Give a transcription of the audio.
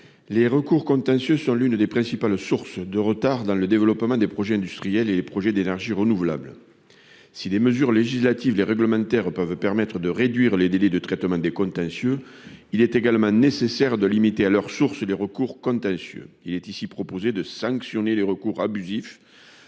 Les recours contentieux sont l'une des principales sources de retard dans le développement des projets industriels et des projets d'énergies renouvelables. Si des mesures législatives et réglementaires peuvent permettre de réduire les délais de traitement des contentieux, il est également nécessaire de limiter à leur source les recours contentieux. Nous proposons donc de sanctionner les recours abusifs,